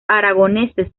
aragoneses